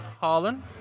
Harlan